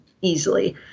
easily